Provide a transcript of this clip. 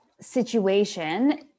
situation